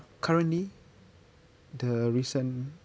currently the recent